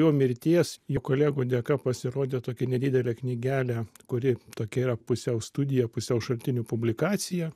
jo mirties jo kolegų dėka pasirodė tokia nedidelė knygelė kuri tokia yra pusiau studija pusiau šaltinių publikacija